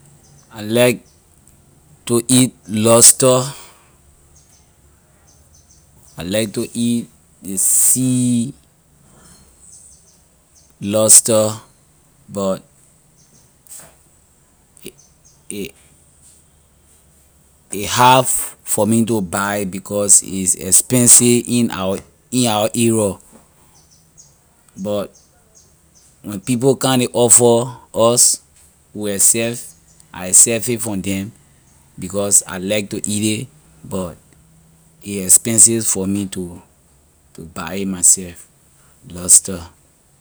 I like to eat lobster I like to eat ley sea lobster but a a hard for me to buy it because it’s expensive in our in our area but when people come ley offer us we accept I accept it from them because I like to eat ley but a expensive for me to to buy it myself lobster.